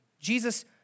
Jesus